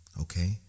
okay